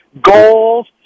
goals